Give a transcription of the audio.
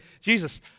Jesus